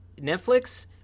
Netflix